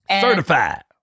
Certified